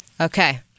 Okay